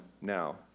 now